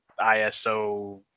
iso